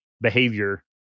behavior